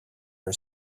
her